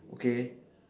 okay